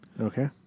Okay